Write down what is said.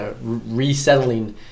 resettling